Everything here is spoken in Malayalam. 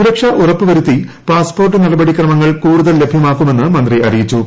സുരക്ഷ ഉറപ്പ് വരുത്തി പാസ്പോർട്ട് നടപടി ക്രമങ്ങൾ കൂടുതൽ ലഭ്യമാക്കുമെന്ന് മന്ത്രി അറിയിച്ചു